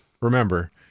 remember